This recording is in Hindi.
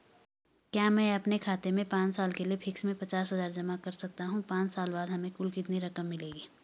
क्या मैं अपने खाते में पांच साल के लिए फिक्स में पचास हज़ार जमा कर सकता हूँ पांच साल बाद हमें कुल कितनी रकम मिलेगी?